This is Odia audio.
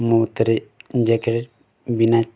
ମୁଁ ଥରେ ଜ୍ୟାକେଟ୍ ବିନା